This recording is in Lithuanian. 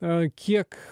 o kiek